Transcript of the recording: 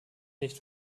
nicht